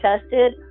tested